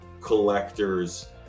collectors